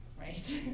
right